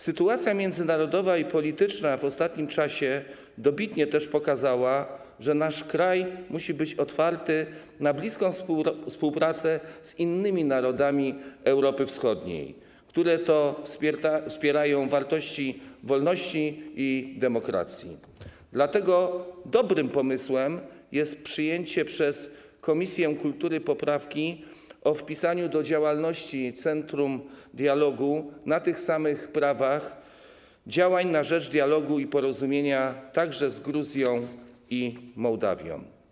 Sytuacja międzynarodowa i polityczna w ostatnim czasie dobitnie pokazała, że nasz kraj musi być otwarty na bliską współpracę z innymi narodami Europy Wschodniej, które wspierają wartości wolności i demokracji, dlatego dobrym pomysłem jest przyjęcie przez Komisję Kultury i Środków Przekazu poprawki o poszerzeniu działalności centrum dialogu o działania na tych samych prawach na rzecz dialogu i porozumienia także z Gruzją i Mołdawią.